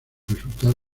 resultado